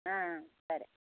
సరే